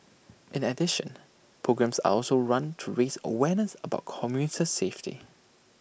in addition programmes are also run to raise awareness about commuter safety